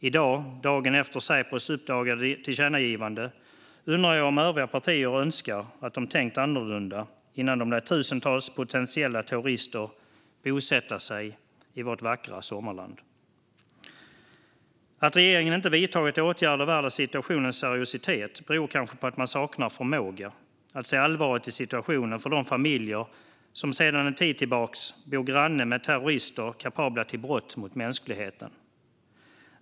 I dag, dagen efter Säpos uppdagade tillkännagivande, undrar jag om övriga partier önskar att de tänkt annorlunda innan de lät tusentals potentiella terrorister bosätta sig i vårt vackra sommarland. Att regeringen inte vidtagit åtgärder värda situationens seriositet beror kanske på att den saknar förmåga att se allvaret i situationen för de familjer som sedan en tid tillbaka bor granne med terrorister kapabla till brott mot mänskligheten.